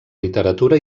literatura